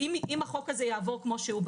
אם החוק הזה יעבור כמו שהוא,